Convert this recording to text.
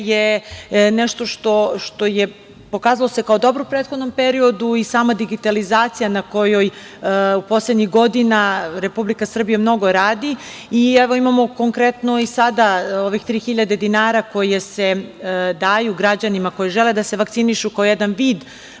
je nešto što se pokazalo kao dobro u prethodnom periodu i sama digitalizacija na kojoj u poslednjih godina Republika Srbija mnogo radi. Evo imamo, konkretno i sada ovih tri hiljade dinara koje se daju građanima koji žele da se vakcinišu, kao jedan vid